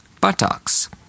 buttocks